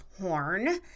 horn